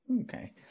okay